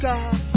God